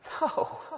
No